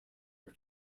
are